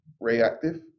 reactive